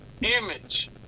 image